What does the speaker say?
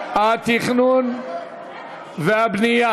51 מתנגדים, 40 בעד,